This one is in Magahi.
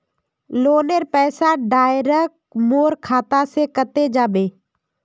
लोनेर पैसा डायरक मोर खाता से कते जाबे?